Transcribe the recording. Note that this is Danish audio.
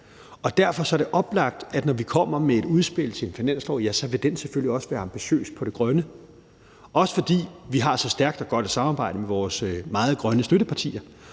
Ja. Derfor er det oplagt, at når vi kommer med et udspil til finanslov, vil det selvfølgelig også være ambitiøs på det grønne, også fordi vi har så stærkt og godt et samarbejde med vores meget grønne støttepartier,